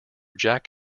jack